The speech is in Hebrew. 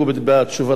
בתשובתי.